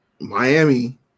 Miami